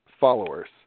followers